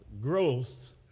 Growth